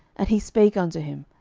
and he spake unto him,